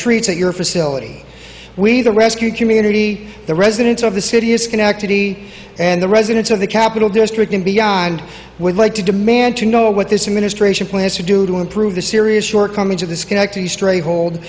treats at your facility we the rescue community the residents of the city is schenectady and the residents of the capitol district and beyond would like to demand to know what this administration plans to do to improve the serious shortcomings of the schenectady stray hold